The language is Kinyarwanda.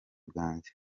bwanjye